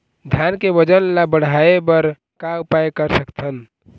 धान के वजन ला बढ़ाएं बर का उपाय कर सकथन?